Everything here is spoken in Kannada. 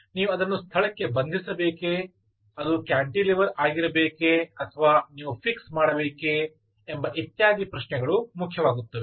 ನೀವು ಅದನ್ನು ಸ್ಥಳಕ್ಕೆ ಬಂಧಿಸಬೇಕೇ ಅದು ಕ್ಯಾಂಟಿಲಿವೆರ್ ಆಗಿರಬೇಕೇ ಅಥವಾ ನೀವು ಫಿಕ್ಸ್ ಮಾಡಬೇಕೇ ಎಂಬ ಇತ್ಯಾದಿ ಪ್ರಶ್ನೆಗಳು ಮುಖ್ಯವಾಗುತ್ತವೆ